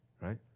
Right